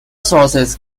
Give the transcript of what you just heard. sources